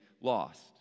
lost